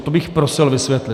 To bych prosil vysvětlit.